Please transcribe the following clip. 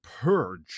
purge